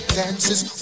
dances